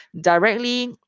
directly